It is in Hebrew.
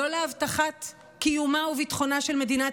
לא להבטחת קיומה וביטחונה של מדינת